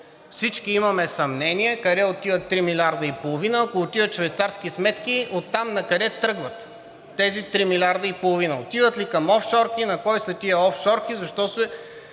всички имаме съмнение къде отиват 3 милиарда и половина. Ако отиват в швейцарски сметки, оттам накъде тръгват тези 3 милиарда и половина? Отиват ли към офшорки, на кого са тези офшорки, защо се